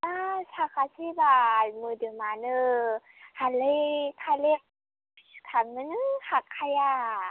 जा साखासैबाल मोदोमानो हाले खाले सिखारनोनो हाखाया